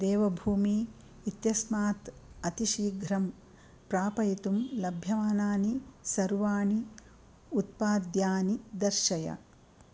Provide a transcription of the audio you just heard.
देवभूमि इत्यस्मात् अतिशीघ्रं प्रापयितुं लभ्यमानानि सर्वाणि उत्पाद्यानि दर्शय